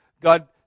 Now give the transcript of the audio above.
God